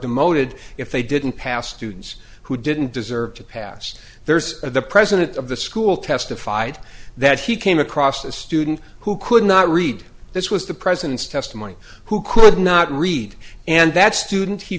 demoted if they didn't pass students who didn't deserve to pass there's the president of the school testified that he came across a student who could not read this was the president's testimony who could not read and that student he